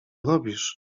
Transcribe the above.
robisz